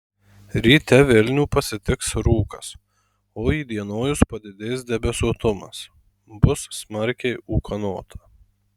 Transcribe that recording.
ryte vilnių pasitiks rūkas o įdienojus padidės debesuotumas bus smarkiai ūkanota